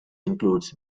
includes